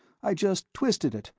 i just twisted it.